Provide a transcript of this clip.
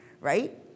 right